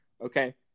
Okay